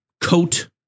coat